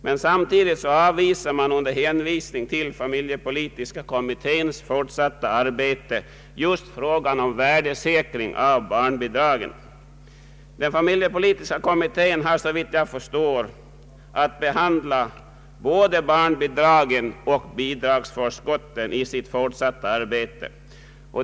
Men samtidigt avvisar utskottet under hänvisning till familjepolitiska kommitténs fortsatta arbete förslaget om värdesäkring av barnbidragen. Den familjepolitiska kommittén har, såvitt jag förstår, att behandla både barnbidragen och bidragsförskotten i sitt fortsatta arbete.